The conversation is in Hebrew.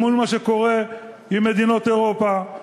אל מול מה שקורה עם מדינות אירופה.